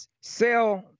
Sell